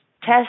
test